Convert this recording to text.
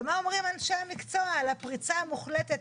ומה אומרים אנשי המקצוע על הפריצה המוחלטת